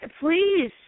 Please